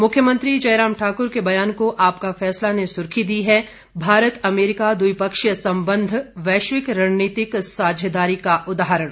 मुख्यमंत्री जयराम ठाक्र के बयान को आपका फैसला ने सुर्खी दी है भारत अमेरिका द्विपक्षीय सम्बंध वैश्विक रणनीतिक साझेदारी का उदाहरण